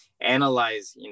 Analyze